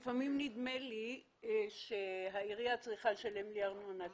לפעמים נדמה לי שהעירייה צריכה לשלם לי ארנונה,